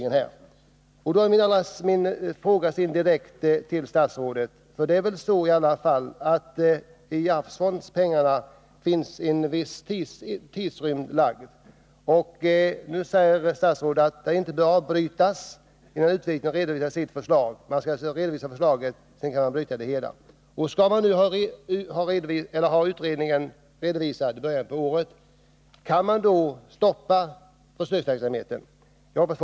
När det gäller möjligheten att använda medel ur allmänna arvsfonden till försöksverksamheten med taltidningar finns det troligen en viss tidsbegränsning. Men statsrådet säger att försöket inte bör avbrytas innan utredaren har redovisat sitt förslag. Jag vill därför ställa en direkt fråga till statsrådet: Om utredningen redovisas i början av år 1981, kan försöksverksamheten då stoppas?